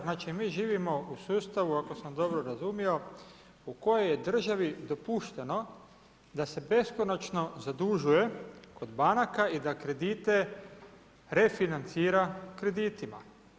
Znači mi živimo u sustavu, ako sam dobro razumio, u kojoj je državi dopušteno, da se beskonačno zadužuje kod banaka i da kredite refinancira kreditima.